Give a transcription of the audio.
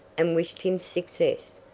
and wished him success.